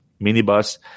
minibus